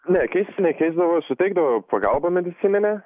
ne keisti nekeisdavo suteikdavo pagalbą medicininę